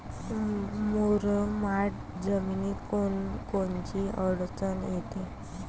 मुरमाड जमीनीत कोनकोनची अडचन येते?